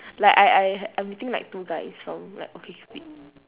like I I I'm meeting like two guys from like okcupid